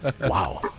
wow